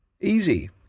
Easy